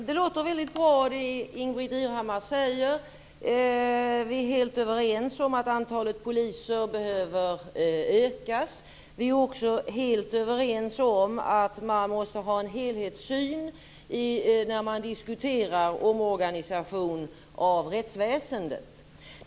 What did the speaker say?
Fru talman! Det som Ingbritt Irhammar säger låter väldigt bra. Vi är helt överens om att antalet poliser behöver ökas. Vi är också helt överens om att man måste ha en helhetssyn när man diskuterar omorganisation av rättsväsendet.